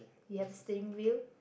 you have a steering wheel